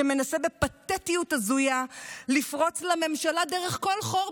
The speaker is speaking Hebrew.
שמנסה בפתטיות הזויה לפרוץ לממשלה דרך כל חור,